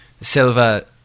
Silva